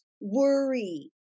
worry